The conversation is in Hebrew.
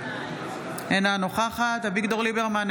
אינה נוכחת אביגדור ליברמן,